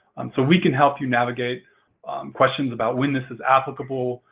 so, we can help you navigate questions about when this is applicable,